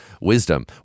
wisdom